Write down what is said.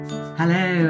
Hello